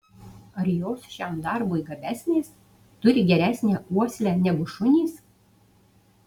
ar jos šiam darbui gabesnės turi geresnę uoslę negu šunys